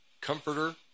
comforter